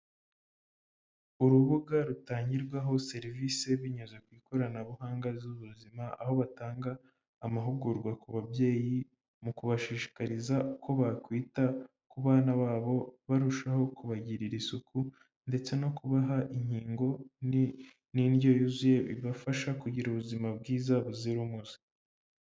Urubuga rutangirwaho serivisi binyuze ku ikoranabuhanga z'ubuzima aho batanga amahugurwa ku babyeyi mu kubashishikariza ko bakwita ku bana babo barushaho kubagirira isuku ndetse no kubaha inkingo n'indyo yuzuye bi fasha kugira ubuzima bwiza buzira umuze.